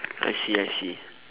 I see I see